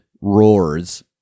roars